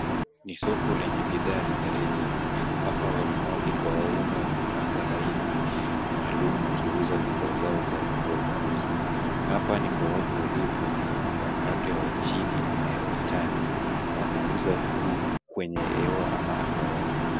Ni soko lenye bidhaa rejareja. Hapa wanawake kwa waume wamepanga laini maalum wakiuza bidhaa zao kwa wanunuzi. Hapa ni kwa watu walio kwenye mapato ya chini ama ya wastani. Wanauza huku kwenye hewa ama anga wazi.